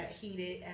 heated